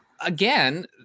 Again